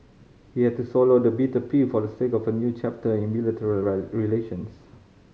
he had to swallow the bitter pill for the sake of a new chapter in relations